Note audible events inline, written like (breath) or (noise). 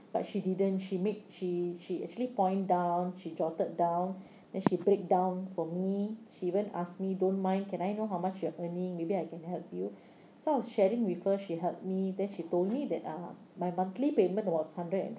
but she didn't she made she she actually point down she jotted down (breath) then she breakdown for me she even ask me don't mind can I know how much you're earning maybe I can help you so I was sharing with her she helped me then she told me that uh my monthly payment was hundred and